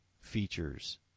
features